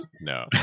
no